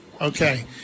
Okay